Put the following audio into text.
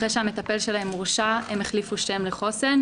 אחרי שהמטפל שלהם הורשע הם החליפו שם ל"חוסן".